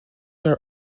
are